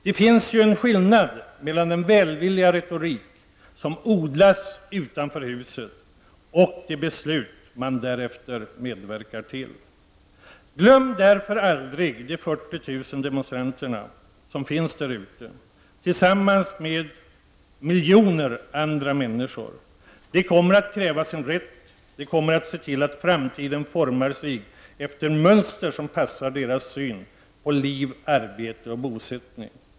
Det finns ju en skillnad mellan den välvilliga retorik som odlas utanför det här huset och de beslut som man därefter medverkar till. Glöm därför aldrig de 40 000 demonstranterna och de miljontals andra människor som finns där ute! De kommer att kräva sin rätt, och de kommer att se till att framtiden formas efter mönster som passar deras syn på liv, arbete och bosättning.